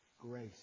grace